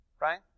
right